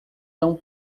tão